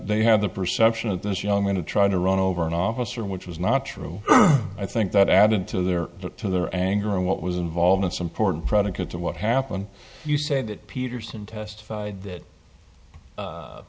they had the perception of this young going to try to run over an officer which was not true i think that added to their to their anger and what was involved it's important predicate to what happened you say that peterson testified that